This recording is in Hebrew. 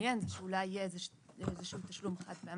לדמיין מראש זה שאולי יהיה איזה תשלום חד-פעמי.